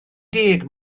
deg